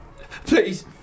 Please